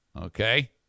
Okay